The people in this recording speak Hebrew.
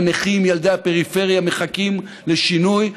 הנכים וילדי הפריפריה מחכים לשינוי,